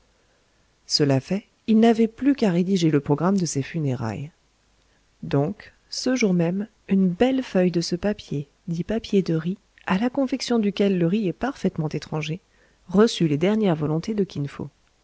cela fait il n'avait plus qu'à rédiger le programme de ses funérailles donc ce jour même une belle feuille de ce papier dit papier de riz à la confection duquel le riz est parfaitement étranger reçut les dernières volontés de